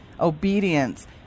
obedience